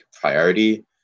priority